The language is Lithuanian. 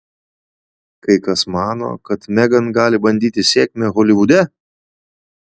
kai kas mano kad megan gali bandyti sėkmę holivude